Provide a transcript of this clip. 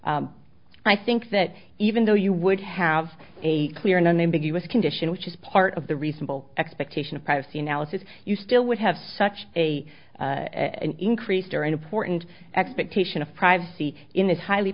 t i think that even though you would have a clear and unambiguous condition which is part of the recent all expectation of privacy analysis you still would have such a increased or an important expectation of privacy in this highly